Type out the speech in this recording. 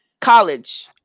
college